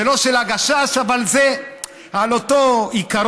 זה לא של הגשש, אבל זה על אותו עיקרון: